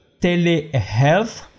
telehealth